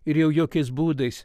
ir jau jokiais būdais